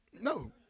No